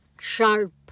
sharp